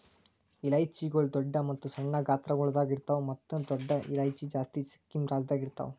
ಇಲೈಚಿಗೊಳ್ ದೊಡ್ಡ ಮತ್ತ ಸಣ್ಣ ಗಾತ್ರಗೊಳ್ದಾಗ್ ಇರ್ತಾವ್ ಮತ್ತ ದೊಡ್ಡ ಇಲೈಚಿ ಜಾಸ್ತಿ ಸಿಕ್ಕಿಂ ರಾಜ್ಯದಾಗ್ ಇರ್ತಾವ್